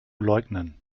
leugnen